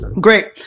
Great